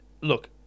look